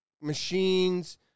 machines